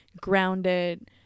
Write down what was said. grounded